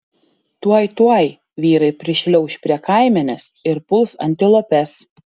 tuoj tuoj vyrai prišliauš prie kaimenės ir puls antilopes